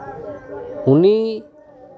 ᱩᱱᱤ